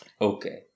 Okay